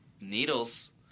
needles